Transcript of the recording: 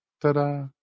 Ta-da